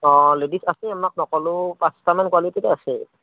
অ' ladies আছে আমাক নক'লেও পাঁচটামান কোৱালিটিৰে আছে